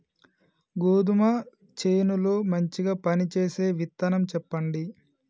గోధుమ చేను లో మంచిగా పనిచేసే విత్తనం చెప్పండి?